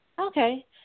Okay